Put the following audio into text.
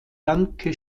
danke